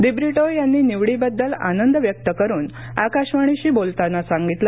दिब्रिटोयांनी निवडीबद्दल आनंद व्यक्त करून आकाशवाणीशी बोलताना सांगितलं